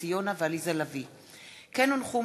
יונה ועליזה לביא בנושא: חדירת חברות מסחריות לבתי-הספר.